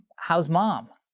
how's mom?